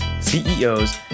CEOs